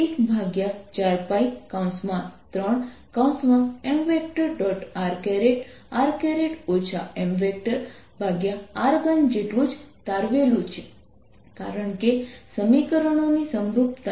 rr mr3 જેટલું જ તારવેલું છે કારણ કે સમીકરણોની સમરૂપતા છે